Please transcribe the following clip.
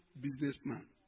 businessman